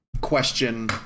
question